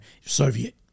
Soviet